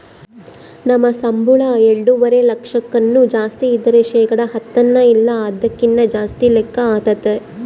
ನಮ್ ಸಂಬುಳ ಎಲ್ಡುವರೆ ಲಕ್ಷಕ್ಕುನ್ನ ಜಾಸ್ತಿ ಇದ್ರ ಶೇಕಡ ಹತ್ತನ ಇಲ್ಲ ಅದಕ್ಕಿನ್ನ ಜಾಸ್ತಿ ಲೆಕ್ಕ ಆತತೆ